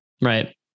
Right